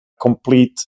complete